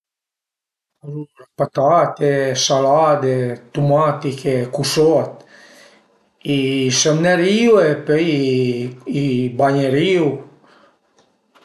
Alura patate, salade, tumatiche, cusot, i sëmënarìu e pöi i bagnerìu